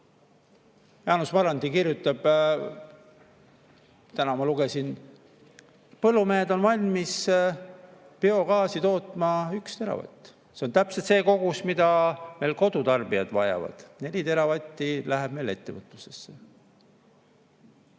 Jaanus Marrandi kirjutab, ma täna lugesin, et põllumehed on valmis biogaasi tootma 1 teravati. See on täpselt see kogus, mida meil kodutarbijad vajavad. Ja 4 teravatti läheb meil ettevõtlusesse.